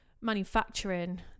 Manufacturing